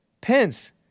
Pence